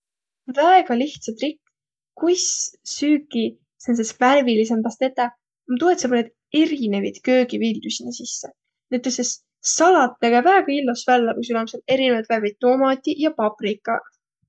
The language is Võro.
Väega lihtsä trikk, kuis süüki sääntses värvilidsembäs tetäq, om tuu, et sa panõt erinevit köögiviljo sinnäq sisse. Näütüses salat näge väega illos vällä, ku sul om sääl erinevät värvi tomatiq ja paprika.